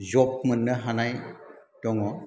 जब मोननो हानाय दङ